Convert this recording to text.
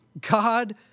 God